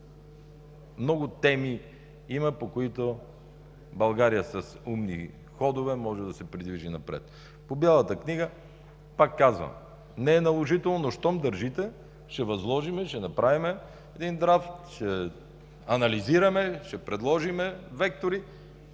много теми има, по които България с умни ходове може да се придвижи напред. По Бялата книга. Пак казвам, не е наложително, но щом държите, ще възложим, ще направим един драфт, ще анализираме, ще предложим вектори,